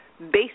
based